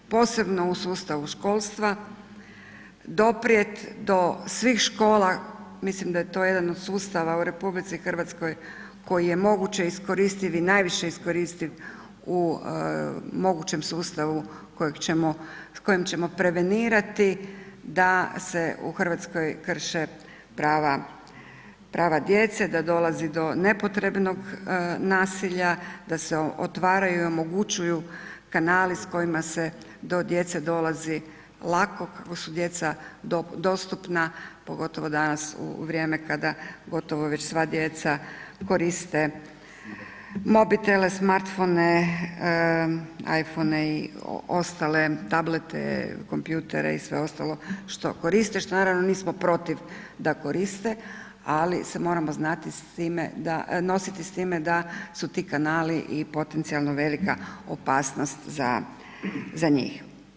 Posebno u sustavu školstva, doprijeti do svih škola, mislim da je to jedan od sustava u RH koji je moguće iskoristiti i najviše iskoristiv u mogućem sustavu kojim ćemo prevenirati da se u Hrvatskoj krše prava djece, da dolazi do nepotrebnog nasilja, da se otvaraju i omogućuju kanali s kojima se do djece dolazi lako, kako su djeca dostupna, pogotovo danas u vrijeme kada gotovo već sva djeca koriste mobitele, smartfone, iPhone i ostale tablete, kompjutere i sve ostalo što koriste, što naravno nismo protiv da koriste, ali se moramo znati nositi s time da su ti kanali i potencijalno velika opasnost za njih.